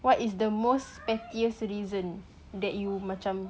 what is the most pettiest reason that you macam